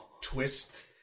twist